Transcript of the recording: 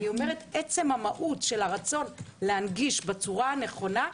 אני אומרת עצם המהות של הרצון להנגיש בצורה הנכונה,